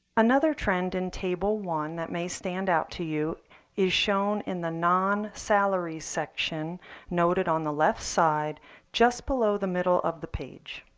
another trend in table one that may stand out to you is shown in the non-salaries section noted on the left side just below the middle of the page.